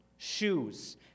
shoes